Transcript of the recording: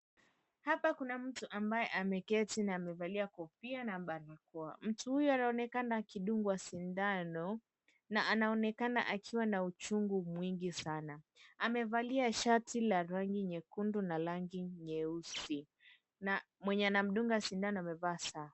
Hapa kuna mtu ambaye ameketi na amevalia kofia na barakoa mtu huyu anaonekana akidungwa sindano na anaonekana akiwa na uchungu mwingi sana. Amevalia shati la rangi nyekundu na rangi nyeusi na mwenye anamdunga sindanona amevaa saa.